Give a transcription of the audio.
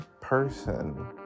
person